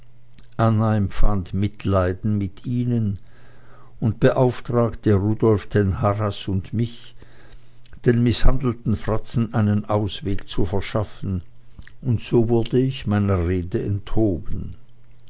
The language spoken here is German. anna empfand mitleiden mit ihnen und beauftragte rudolf den harras und mich den mißhandelten fratzen einen ausweg zu verschaffen und so wurde ich meiner rede enthoben